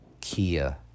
Kia